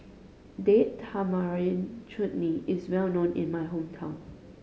Date Tamarind Chutney is well known in my hometown